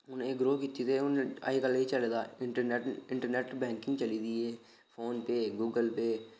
हून अजकल एह् चलै दा इंटरनैट्ट बैंकिंग चली दी ऐ फोन पेऽ गूगल पेऽ